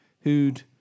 who'd